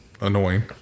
annoying